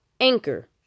Anchor